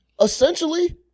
essentially